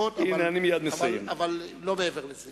אבל לא מעבר לזה.